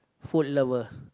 food lover